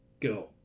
Go